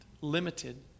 limited